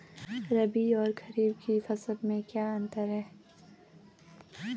रबी और खरीफ की फसल में क्या अंतर है?